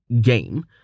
game